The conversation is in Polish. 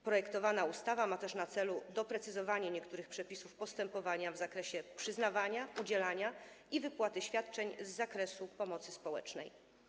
Projektowana ustawa ma też na celu doprecyzowanie niektórych przepisów postępowania w zakresie przyznawania, udzielania i wypłaty świadczeń z zakresu pomocy społecznej.